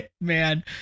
man